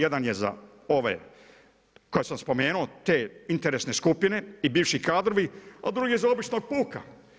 Jedan je za ove koje sam spomenuo, te interesne skupine i bivši kadrovi a drugi za običnog puka.